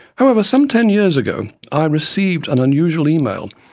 however some ten years ago i received an unusual email,